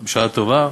כן.